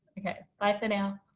bye for now.